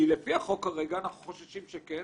כי לפי החוק כרגע, אנחנו חוששים שכן.